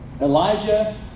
Elijah